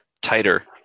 tighter